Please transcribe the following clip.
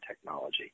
technology